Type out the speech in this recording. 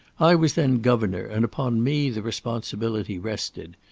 i was then governor, and upon me the responsibility rested.